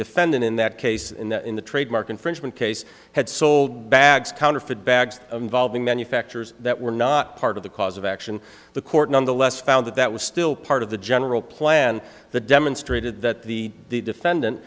defendant in that case in the trademark infringement case had sold bags counterfeit bags involving manufacturers that were not part of the cause of action the court nonetheless found that that was still part of the general plan that demonstrated that the defendant